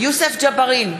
יוסף ג'בארין,